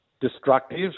destructive